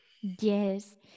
yes